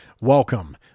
Welcome